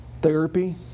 therapy